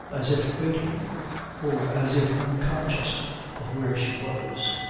as if waiting or as if unconscious of where she was.